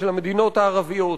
של המדינות הערביות.